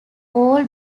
all